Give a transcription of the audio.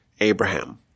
Abraham